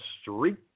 street